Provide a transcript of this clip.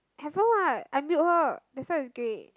haven't what I mute her that's why it's grey